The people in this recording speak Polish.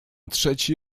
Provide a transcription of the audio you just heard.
trzeci